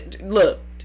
Look